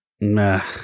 Nah